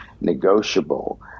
negotiable